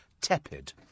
tepid